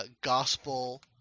Gospel